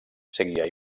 seguia